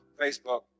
Facebook